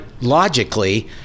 logically